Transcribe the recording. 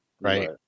right